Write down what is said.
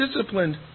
disciplined